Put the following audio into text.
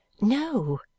No